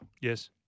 Yes